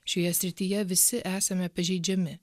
šioje srityje visi esame pažeidžiami